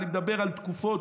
ואני מדבר על תקופות